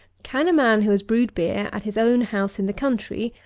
can a man who has brewed beer at his own house in the country,